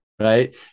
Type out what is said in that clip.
Right